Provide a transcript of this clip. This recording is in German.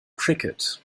cricket